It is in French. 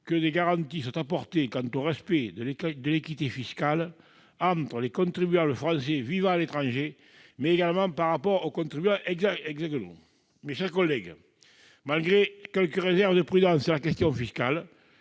que des garanties soient apportées sur le respect de l'équité fiscale entre les contribuables français vivant à l'étranger, mais également par rapport aux contribuables hexagonaux. Mes chers collègues, malgré quelques réserves de prudence sur la question fiscale,